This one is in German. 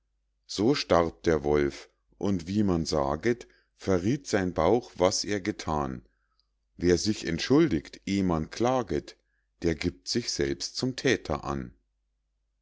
so starb der wolf und wie man saget verrieth sein bauch was er gethan wer sich entschuldigt eh man klaget der gibt sich selbst zum thäter an